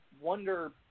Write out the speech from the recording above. wonder